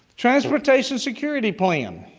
transportation security plan.